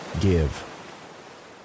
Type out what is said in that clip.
Give